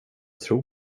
tror